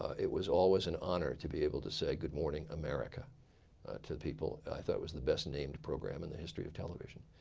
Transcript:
it was always an honor to be able to say good morning america to the people. i thought that was the best named program in the history of television.